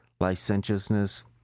licentiousness